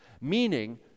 Meaning